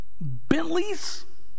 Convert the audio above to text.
Bentleys